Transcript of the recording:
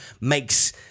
makes